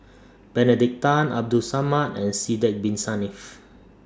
Benedict Tan Abdul Samad and Sidek Bin Saniff